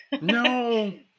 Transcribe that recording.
No